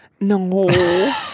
No